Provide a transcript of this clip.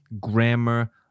grammar